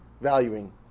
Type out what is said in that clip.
valuing